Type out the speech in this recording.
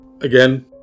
Again